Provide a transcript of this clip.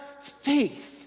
faith